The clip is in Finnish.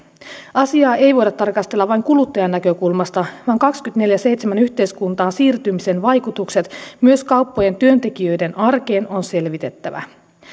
asiaa ei voida tarkastella vain kuluttajan näkökulmasta vaan kaksikymmentäneljä kautta seitsemän yhteiskuntaan siirtymisen vaikutukset myös kauppojen työntekijöiden arkeen on selvitettävä